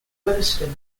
williston